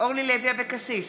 אורלי לוי אבקסיס,